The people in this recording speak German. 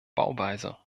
bauweise